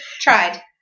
Tried